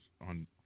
on